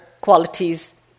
qualities